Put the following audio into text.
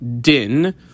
din